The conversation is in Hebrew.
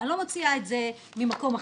אני לא מוציאה את זה ממקום אחר.